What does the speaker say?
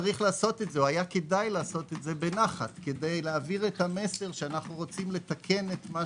היה כדאי לעשות זאת בנחת כדי להעביר את המסר שאנו רוצים לתקן את מה